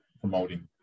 promoting